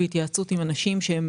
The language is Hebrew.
בהתייעצות עם אנשים שהם